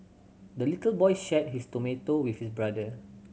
the little boy shared his tomato with his brother